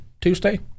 Tuesday